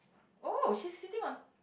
oh she's sitting on